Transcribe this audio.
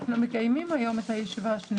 אנחנו עוברים לדיון על צו התעבורה (עבירות קנס)